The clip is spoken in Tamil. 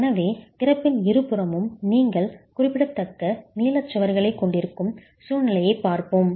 எனவே திறப்பின் இருபுறமும் நீங்கள் குறிப்பிடத்தக்க நீள சுவர்களைக் கொண்டிருக்கும் சூழ்நிலையைப் பார்ப்போம்